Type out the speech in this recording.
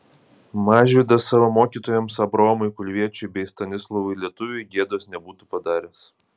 mažvydas savo mokytojams abraomui kulviečiui bei stanislovui lietuviui gėdos nebūtų padaręs